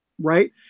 right